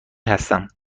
هستم